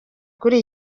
kuri